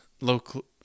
local